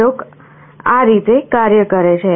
પ્રયોગ આ રીતે કાર્ય કરે છે